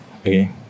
Okay